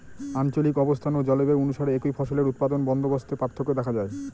আঞ্চলিক অবস্থান ও জলবায়ু অনুসারে একই ফসলের উৎপাদন বন্দোবস্তে পার্থক্য দেখা যায়